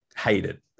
hated